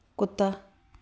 ਕੁੱਤਾ